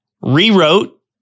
rewrote